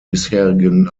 bisherigen